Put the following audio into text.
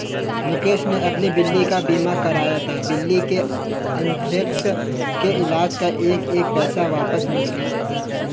मुकेश ने अपनी बिल्ली का बीमा कराया था, बिल्ली के अन्थ्रेक्स के इलाज़ का एक एक पैसा वापस मिल गया